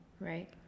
Right